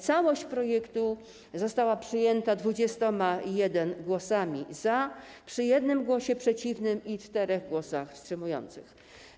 Całość projektu została przyjęta 21 głosami za, przy 1 głosie przeciwnym i 4 głosach wstrzymujących się.